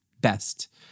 best